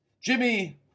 Jimmy